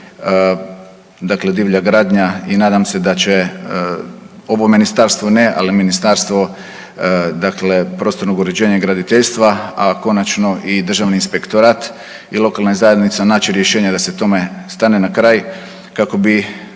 dakle divlja gradnja i nadam se da će ovo ministarstvo ne, ali Ministarstvo dakle prostornog uređenja i graditeljstva, a konačno i državni inspektorat i lokalne zajednice naći rješenja da se tome stane na kraj kako bi